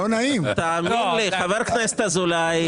תאמין לי, חבר הכנסת אזולאי,